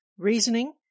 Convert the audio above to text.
reasoning